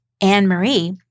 Anne-Marie